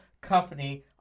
company